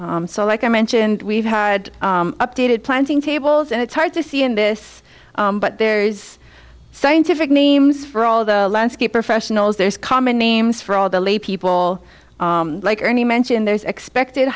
so like i mentioned we've had updated planting tables and it's hard to see in this but there is scientific names for all the landscape professionals there's common names for all the lay people like any mention there's expected